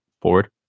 forward